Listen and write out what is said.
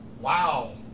Wow